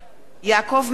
יעקב מרגי,